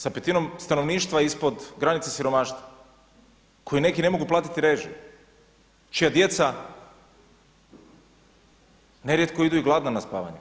Sa petinom stanovništva ispod granice siromaštva koji neki ne mogu platiti režije, čija djeca nerijetko idu i gladna na spavanje.